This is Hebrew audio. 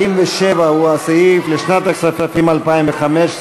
47 הוא הסעיף, לשנת הכספים 2015,